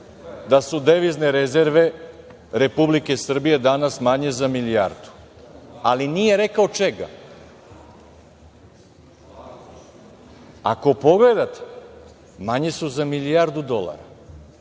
da su devizne rezerve Republike Srbije danas manje za milijardu, ali nije rekao čega. Ako pogledate, manje su za milijardu dolara,